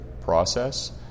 process